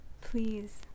Please